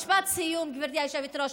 משפט סיום, גברתי היושבת-ראש.